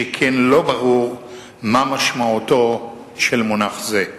שכן לא ברור מה משמעותו של מונח זה.